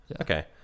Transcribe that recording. Okay